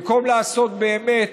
במקום לעשות באמת.